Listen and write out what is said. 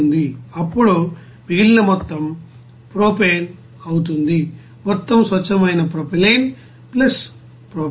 అప్పుడు మిగిలిన మొత్తం ప్రొపేన్ అవుతుంది మొత్తం స్వచ్ఛమైన ప్రొపైలిన్ ప్రొపేన్